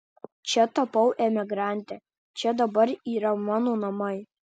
čia tapau emigrante čia dabar yra mano namai